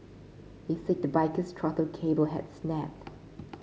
he said the biker's throttle cable had snapped